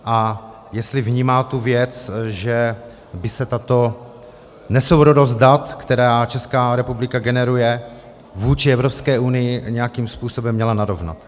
A jestli vnímá tu věc, že by se tato nesourodost dat, která Česká republika generuje vůči Evropské unii, nějakým způsobem měla narovnat.